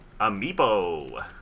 Amiibo